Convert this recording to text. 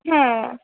হ্যাঁ